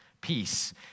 Peace